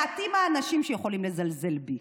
מעטים האנשים שיכולים לזלזל בי,